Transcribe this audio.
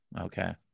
Okay